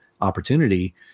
opportunity